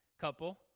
couple